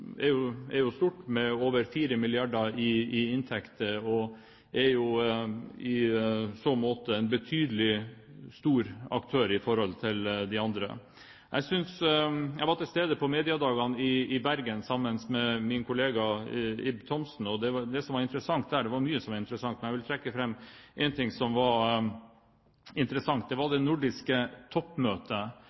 er jo stort, med over 4 mrd. kr i inntekter, og er i så måte en betydelig, stor aktør i forhold til de andre. Jeg var til stede på mediedagene i Bergen sammen med min kollega Ib Thomsen. Det var mye som var interessant der, men jeg vil trekke fram én ting, nemlig det nordiske toppmøtet